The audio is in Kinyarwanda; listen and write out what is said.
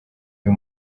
uyu